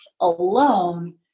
alone